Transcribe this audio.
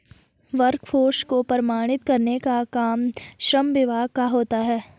workforce को प्रमाणित करने का काम श्रम विभाग का होता है